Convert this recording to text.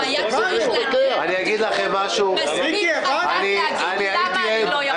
הוא צריך לתת טיעון מספיק חזק להגיד למה הוא לא יכול.